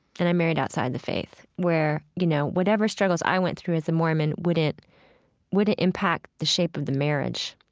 and i married outside the faith, where, you know, whatever struggles i went through as a mormon wouldn't wouldn't impact the shape of the marriage.